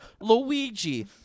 Luigi